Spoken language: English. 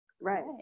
right